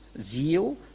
zeal